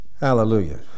Hallelujah